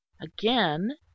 again